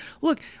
Look